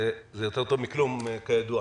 זה יותר טוב מכלום כידוע.